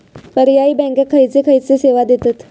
पर्यायी बँका खयचे खयचे सेवा देतत?